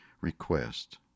request